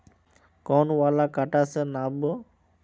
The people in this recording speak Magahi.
कौन वाला कटा से नाप बो?